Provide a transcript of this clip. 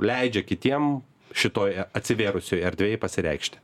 leidžia kitiem šitoje atsivėrusioje erdvėj pasireikšti